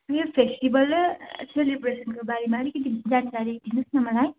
news festival र सेलिब्रेसनको बारेमा अलिकति जानकारी दिनुहोस् न मलाई